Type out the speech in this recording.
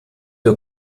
nur